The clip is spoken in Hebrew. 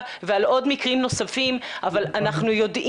ואני אבקש כבר שאנחנו אולי